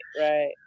right